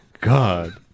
God